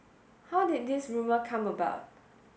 how did this rumour come about